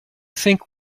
think